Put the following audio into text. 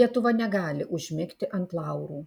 lietuva negali užmigti ant laurų